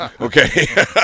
Okay